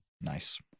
Nice